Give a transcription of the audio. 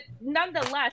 nonetheless